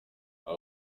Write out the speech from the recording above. nta